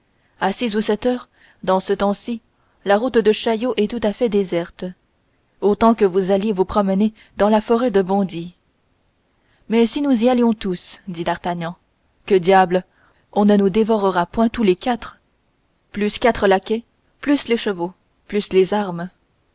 six ou sept heures dans ce temps-ci la route de chaillot est tout à fait déserte autant que vous alliez vous promener dans la forêt de bondy mais si nous y allions tous dit d'artagnan que diable on ne nous dévorera point tous les quatre plus quatre laquais plus les chevaux plus les armes